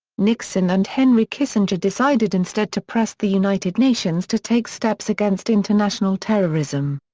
nixon and henry kissinger decided instead to press the united nations to take steps against international terrorism.